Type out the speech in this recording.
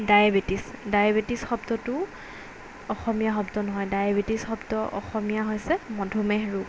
diabetes diabetes শব্দটো অসমীয়া শব্দ নহয় ডায়েবেটিছ শব্দ অসমীয়া হৈছে মধুমেহ ৰোগ